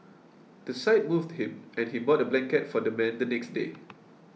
the sight moved him and he bought a blanket for the man the next day